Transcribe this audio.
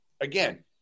again